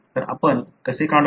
तर आपण कसे काढाल